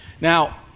Now